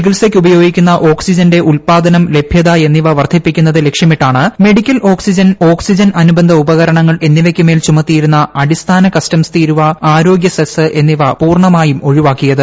ചികിത്സയ്ക്ക് ഉപയോഗിക്കുന്ന ഓക്സിജന്റെ ഉത്പാദനം ലഭ്യത എന്നിവ വർദ്ധിപ്പിക്കുന്നത് ലക്ഷ്യമിട്ടാണ് മെഡിക്കൽ ഓക്സിജൻ ഓക്സിജൻ അനുബന്ധ ഉപകരണങ്ങൾ എന്നിവയ്ക്ക് മേൽ ചുമത്തിയിരുന്ന അടിസ്ഥാന കസ്റ്റംസ് തീരുവ ആരോഗ്യ സെസ് എന്നിവ പൂർണ്ണമായും ഒഴിവാക്കിയത്